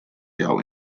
jou